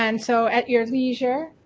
and so at your leisure,